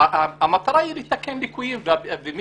עבד אל חכים חאג' יחיא (הרשימה המשותפת): המטרה היא לתקן ליקויים.